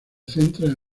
centra